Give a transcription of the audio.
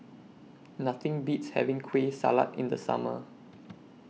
Nothing Beats having Kueh Salat in The Summer